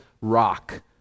rock